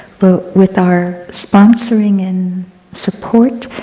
but with our sponsoring and support,